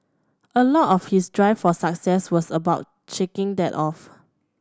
a lot of his drive for success was about shaking that off